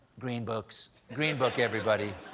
greenbooks, greenbook, everybody.